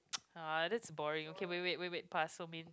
this is boring okay wait wait wait wait parcel mean